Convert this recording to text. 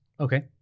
Okay